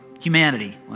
Humanity